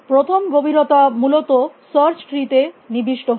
প্রথম গভীরতা মূলত সার্চ ট্রি তে নিবিষ্ট হয়